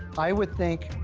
i would think